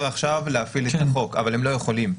עכשיו להפעיל את החוק אבל הם לא יכולים.